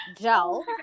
gel